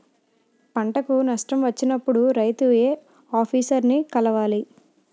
పంటకు నష్టం వచ్చినప్పుడు రైతు ఏ ఆఫీసర్ ని కలవాలి?